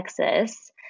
Texas